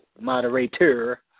moderator